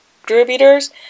distributors